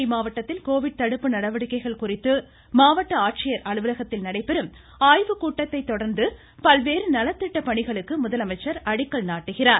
நாகை மாவட்டத்தில் கோவிட் தடுப்பு நடவடிக்கைகள் குறித்து மாவட்ட ஆட்சியர் அலுவலகத்தில் நடைபெறும் ஆய்வுக்கூட்டத்தை தொடர்ந்து பல்வேறு நலத்திட்ட பணிகளுக்கு முதலமைச்சர் அடிக்கல் நாட்டுகிறார்